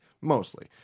mostly